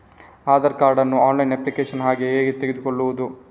Aadhaar card ನ್ನು online application ಹಾಕಿ ಹೇಗೆ ತೆಗೆದುಕೊಳ್ಳುವುದು?